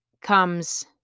comes